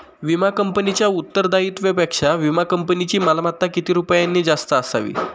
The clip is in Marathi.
विमा कंपनीच्या उत्तरदायित्वापेक्षा विमा कंपनीची मालमत्ता किती रुपयांनी जास्त असावी?